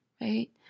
right